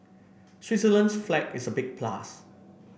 Switzerland's flag is a big plus